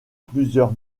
plusieurs